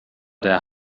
der